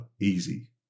Easy